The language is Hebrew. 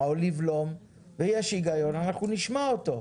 או לבלום ויש היגיון אנחנו נשמע אותו.